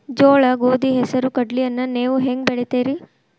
ಜೋಳ, ಗೋಧಿ, ಹೆಸರು, ಕಡ್ಲಿಯನ್ನ ನೇವು ಹೆಂಗ್ ಬೆಳಿತಿರಿ?